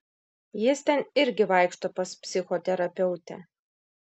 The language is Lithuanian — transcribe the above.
jis ten irgi vaikšto pas psichoterapeutę